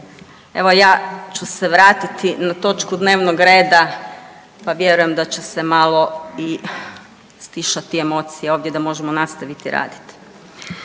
evo ja ću se vratiti na točku dnevnog reda pa vjerujem da će se malo i stišati emocije ovdje da možemo nastaviti raditi.